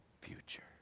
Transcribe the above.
future